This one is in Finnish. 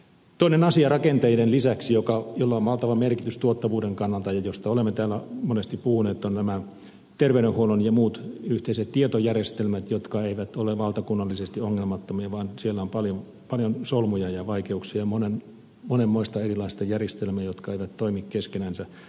toinen asia rakenteiden lisäksi jolla on valtava merkitys tuottavuuden kannalta ja josta olemme täällä monesti puhuneet on nämä terveydenhuollon ja muut yhteiset tietojärjestelmät jotka eivät ole valtakunnallisesti ongelmattomia vaan siellä on paljon solmuja ja vaikeuksia monenmoista erilaista järjestelmää jotka eivät toimi keskenänsä